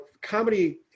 comedy